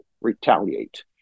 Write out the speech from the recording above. retaliate